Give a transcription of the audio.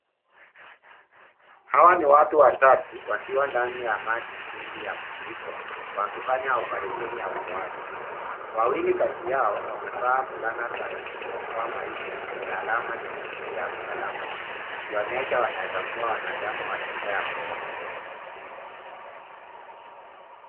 Hawa ni watu watatu wakiwa ndani ya maji mengi ya mafuriko wakifanya operesheni ya okoaji. Wawili kati yao wamvaa fulana za waokoa maisha zenye alama nyekundu ya msalaba ikionyesha wanaweza kuwa wanachama wa shirika ya msalaba nyekundu.